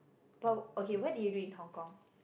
but okay what did you do in Hong-Kong